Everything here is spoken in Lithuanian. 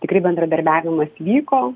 tikrai bendradarbiavimas vyko